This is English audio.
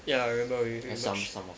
ya I remember we we merge